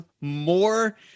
more